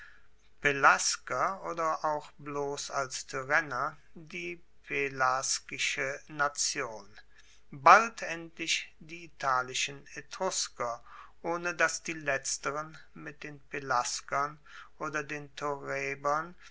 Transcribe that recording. tyrrhener pelasger oder auch bloss tyrrhener die pelasgische nation bald endlich die italischen etrusker ohne dass die letzteren mit den pelasgern oder den